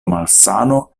malsano